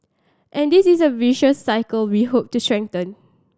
and this is the virtuous cycle we hope to strengthen